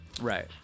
Right